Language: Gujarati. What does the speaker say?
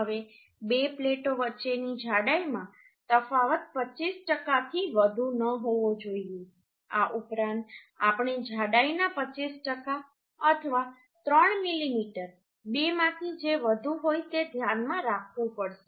હવે બે પ્લેટો વચ્ચેની જાડાઈમાં તફાવત 25 ટકાથી વધુ ન હોવો જોઈએ આ ઉપરાંત આપણે જાડાઈના 25 ટકા અથવા 3 મીમી બેમાંથી જે વધુ હોય તે ધ્યાનમાં રાખવું પડશે